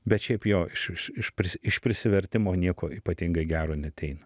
bet šiaip jo iš iš iš iš prisivertimo nieko ypatingai gero neateina